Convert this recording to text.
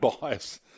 bias